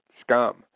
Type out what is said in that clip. scum